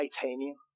titanium